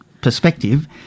perspective